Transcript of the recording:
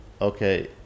okay